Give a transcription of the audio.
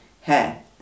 hair